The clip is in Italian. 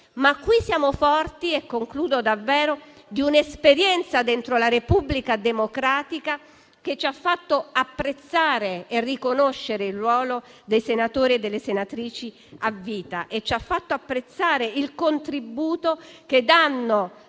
però siamo forti - e concludo davvero - di un'esperienza dentro la Repubblica democratica, che ci ha fatto apprezzare e riconoscere il ruolo dei senatori e delle senatrici a vita e il contributo che danno